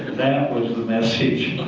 was the message,